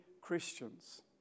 Christians